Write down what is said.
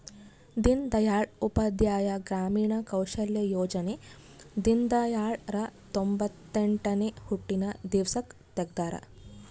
ದೀನ್ ದಯಾಳ್ ಉಪಾಧ್ಯಾಯ ಗ್ರಾಮೀಣ ಕೌಶಲ್ಯ ಯೋಜನೆ ದೀನ್ದಯಾಳ್ ರ ತೊಂಬೊತ್ತೆಂಟನೇ ಹುಟ್ಟಿದ ದಿವ್ಸಕ್ ತೆಗ್ದರ